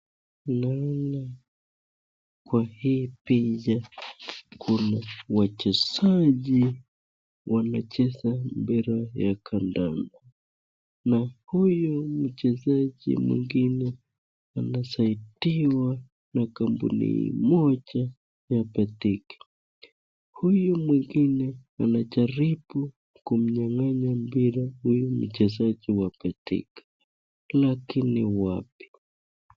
Kwa hii picha Kuna wachezaji wanacheza mpira ya kandanda na huyu mchezaji mwingine anasaidiwa na kampuni moja ya betika huyu mwingine anajaribu kumnyanganya huyu mchezaji mpira wa betika lakini wapi.